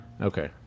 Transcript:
Okay